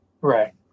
Right